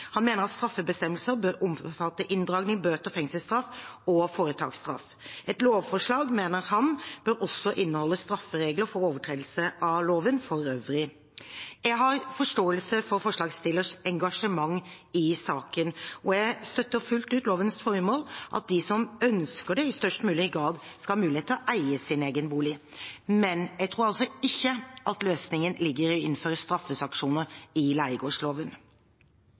Han mener at straffebestemmelser bør omfatte inndragning, bøter, fengselsstraff og foretaksstraff. Et lovforslag, mener han, bør også inneholde strafferegler for overtredelse av loven for øvrig. Jeg har forståelse for forslagsstillers engasjement i saken, og jeg støtter fullt ut lovens formål om at de som ønsker det, i størst mulig grad skal ha mulighet til å eie sin egen bolig. Men jeg tror altså ikke at løsningen ligger i å innføre straffesanksjoner i leiegårdsloven.